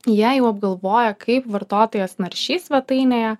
jei jau apgalvojo kaip vartotojas naršys svetainėje